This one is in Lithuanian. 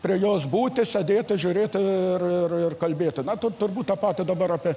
prie jos būti sėdėti žiūrėti ir ir ir kalbėti na turbūt tą patį dabar apie